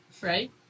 Right